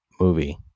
movie